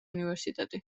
უნივერსიტეტი